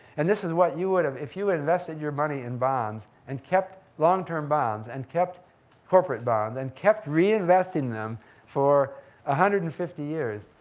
and this is what you would have, if you invested your money in bonds and kept long-term bonds and kept corporate bonds and kept reinvesting them for one ah hundred and fifty years,